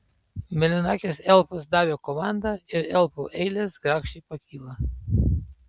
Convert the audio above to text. mėlynakis elfas davė komandą ir elfų eilės grakščiai pakilo